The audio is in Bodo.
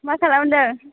मा खालामदों